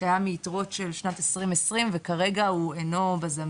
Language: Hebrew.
שהיה מיתרות של שנת 2020 וכרגע הוא לא בזמין.